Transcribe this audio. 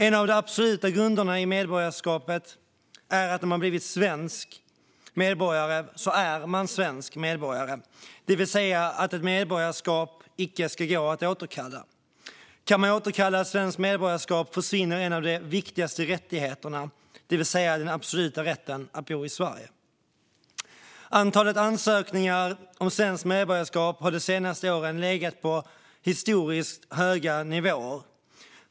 En av de absoluta grunderna i medborgarskapet är att om man blivit svensk medborgare så är man svensk medborgare, det vill säga att ett medborgarskap icke ska gå att återkalla. Kan ett medborgarskap återkallas försvinner en av de viktigaste rättigheterna, den absoluta rätten att bo i Sverige. Antalet ansökningar om svenskt medborgarskap har de senaste åren legat på historiskt höga nivåer.